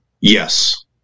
Yes